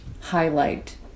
highlight